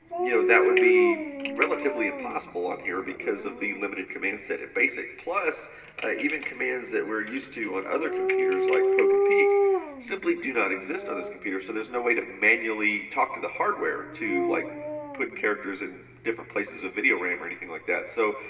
you know, that would be relatively impossible on here because of the limited command set of and basic, plus even commands that we're used to on other computers like poke and peek simply do not exist on this computer. so there's no way to manually talk to the hardware to like put characters in different places of video ram or anything like that. so,